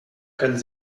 können